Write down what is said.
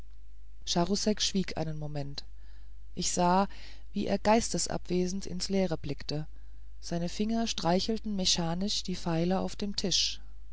schwieg einen moment ich sah wie er geistesabwesend ins leere blickte seine finger streichelten mechanisch die feile auf dem tisch